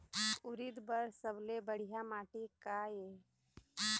उरीद बर सबले बढ़िया माटी का ये?